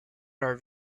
are